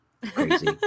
Crazy